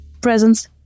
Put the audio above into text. presents